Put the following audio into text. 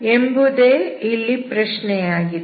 ಎಂಬುದೇ ಇಲ್ಲಿ ಪ್ರಶ್ನೆಯಾಗಿದೆ